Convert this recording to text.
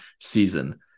season